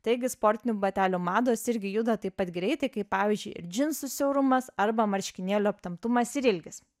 taigi sportinių batelių mados irgi juda taip pat greitai kaip pavyzdžiui ir džinsų siaurumas arba marškinėlių aptemptumas ir ilgis